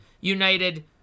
United